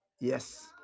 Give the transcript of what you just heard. Yes